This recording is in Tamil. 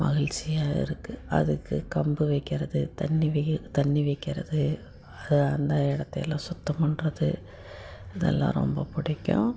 மகிழ்ச்சியா இருக்குது அதுக்கு கம்பு வைக்கிறது தண்ணி வெ தண்ணி வைக்கறது அது அந்த இடத்தையெல்லாம் சுத்தம் பண்ணுறது இதெல்லாம் ரொம்ப பிடிக்கும்